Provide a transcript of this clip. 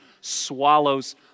swallows